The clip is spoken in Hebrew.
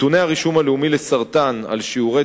נתוני הרישום הלאומי לסרטן על שיעורי